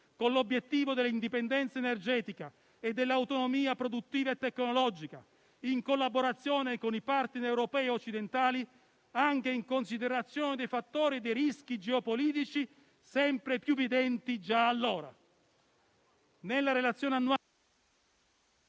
con l'obiettivo dell'indipendenza energetica e dell'autonomia produttiva e tecnologica, in collaborazione con i *partner* europei occidentali, anche in considerazione dei fattori e dei rischi geopolitici sempre più evidenti già allora.